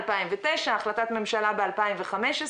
2009; החלטת ממשלה ב-2011,